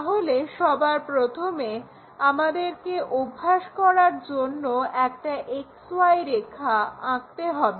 তাহলে সবার প্রথমে আমাদেরকে অভ্যাস করার জন্য একটা XY রেখা আঁকতে হবে